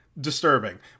disturbing